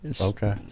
Okay